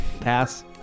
Pass